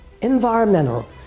environmental